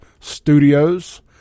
Studios